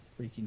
freaking